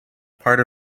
part